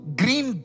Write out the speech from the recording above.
green